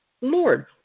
Lord